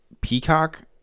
Peacock